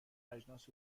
اجناس